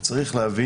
יכול להיות